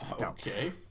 Okay